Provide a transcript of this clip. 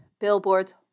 billboards